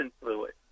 fluid